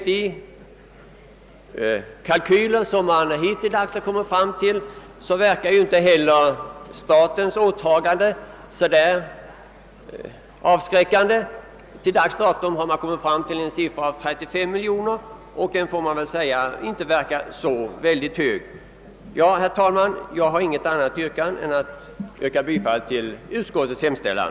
De kalkyler som hittills gjorts upp verkar inte avskräckande för statens vidkommande. — Till dags dato har man kommit fram till en siffra på 35 miljoner kronor som staten skulle bestrida. Herr talman! Jag yrkar bifall till utskottets hemställan.